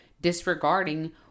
disregarding